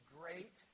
great